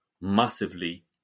massively